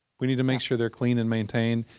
we need to make sure they're clean and maintained,